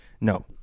no